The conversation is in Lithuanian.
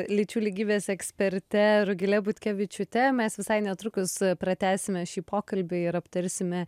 lyčių lygybės eksperte rugile butkevičiūte mes visai netrukus pratęsime šį pokalbį ir aptarsime